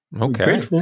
Okay